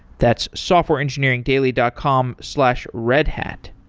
that's softwareengineeringdaily dot com slash redhat.